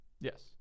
Yes